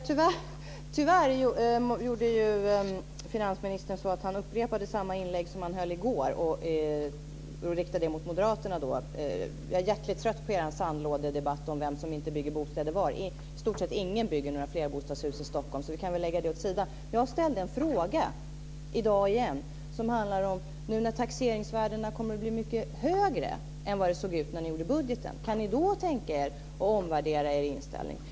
Fru talman! Tyvärr gjorde finansministern så att han upprepade inlägget från i går, riktat mot Moderaterna. Jag är hjärtligt trött på era sandlådedebatter om vem som inte bygger bostäder var. I stort sett är det ingen som bygger några flerbostadshus i Stockholm, så det kan vi lägga åt sidan. Jag ställde en fråga i dag igen. Nu när taxeringsvärdena kommer att bli mycket högre än vad det såg ut när ni gjorde budgeten, kan ni då tänka er att omvärdera er inställning?